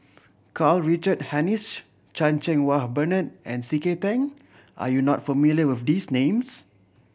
Karl Richard Hanitsch Chan Cheng Wah Bernard and C K Tang are you not familiar with these names